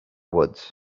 woods